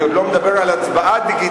אני עוד לא מדבר על הצבעה דיגיטלית.